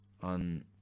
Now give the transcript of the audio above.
on